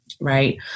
right